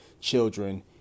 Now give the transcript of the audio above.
children